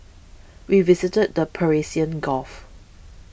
we visited the Persian Gulf